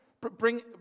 bring